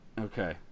Okay